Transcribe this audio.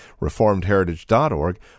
reformedheritage.org